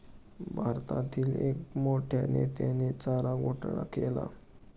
भारतातील एक मोठ्या नेत्याने चारा घोटाळा केला